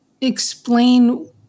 explain